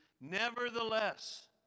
Nevertheless